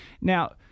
Now